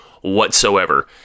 whatsoever